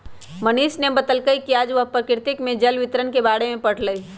मनीष ने बतल कई कि आज वह प्रकृति में जल वितरण के बारे में पढ़ तय